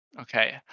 Okay